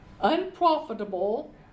unprofitable